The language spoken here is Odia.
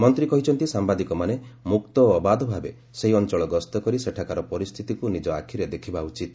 ମନ୍ତ୍ରୀ କହିଛନ୍ତି ସାମ୍ଭାଦିକମାନେ ମୁକ୍ତ ଓ ଅବାଧ ଭାବେ ସେହି ଅଞ୍ଚଳ ଗସ୍ତ କରି ସେଠାକାର ପରିସ୍ଥିତିକୁ ନିଜ ଆଖିରେ ଦେଖିବା ଉଚିତ